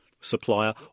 supplier